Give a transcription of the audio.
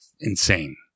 Insane